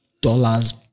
dollars